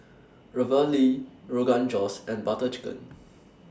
Ravioli Rogan Josh and Butter Chicken